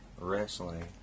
wrestling